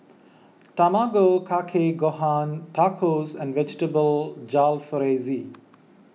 Tamago Kake Gohan Tacos and Vegetable Jalfrezi